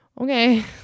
okay